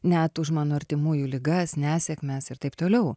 net už mano artimųjų ligas nesėkmes ir taip toliau